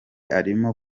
arimo